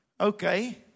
Okay